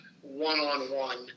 one-on-one